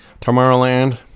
Tomorrowland